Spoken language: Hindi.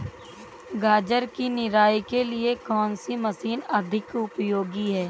गाजर की निराई के लिए कौन सी मशीन अधिक उपयोगी है?